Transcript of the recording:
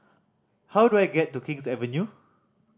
how do I get to King's Avenue